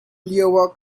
lioah